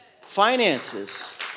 finances